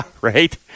right